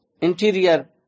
interior